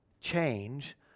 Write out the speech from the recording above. change